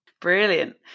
Brilliant